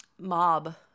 mob